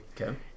okay